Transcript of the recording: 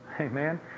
Amen